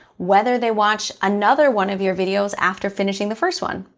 whether they watch another one of your videos after finishing the first one.